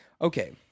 Okay